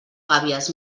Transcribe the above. gàbies